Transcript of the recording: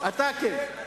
אתה כן.